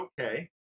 okay